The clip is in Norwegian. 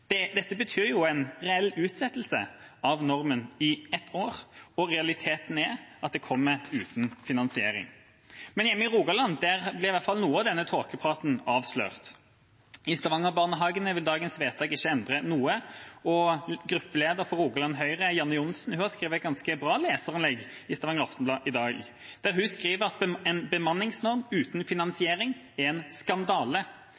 Dette betyr jo en reell utsettelse av normen i ett år, og realiteten er at den kommer uten finansiering. Men hjemme i Rogaland blir i hvert fall noe av denne tåkepraten avslørt. I Stavanger-barnehagene vil dagens vedtak ikke endre noe, og gruppeleder for Rogaland Høyre, Janne Johnsen, har skrevet et ganske bra leserinnlegg i Stavanger Aftenblad i dag, der hun skriver at en bemanningsnorm uten